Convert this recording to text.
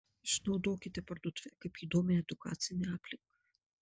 išnaudokite parduotuvę kaip įdomią edukacinę aplinką